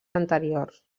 anteriors